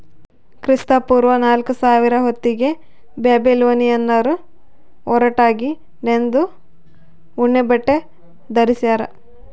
ಕ್ರಿಸ್ತಪೂರ್ವ ನಾಲ್ಕುಸಾವಿರ ಹೊತ್ತಿಗೆ ಬ್ಯಾಬಿಲೋನಿಯನ್ನರು ಹೊರಟಾಗಿ ನೇಯ್ದ ಉಣ್ಣೆಬಟ್ಟೆ ಧರಿಸ್ಯಾರ